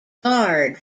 guard